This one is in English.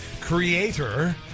creator